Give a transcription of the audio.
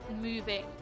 moving